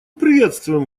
приветствуем